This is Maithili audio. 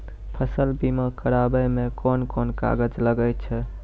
फसल बीमा कराबै मे कौन कोन कागज लागै छै?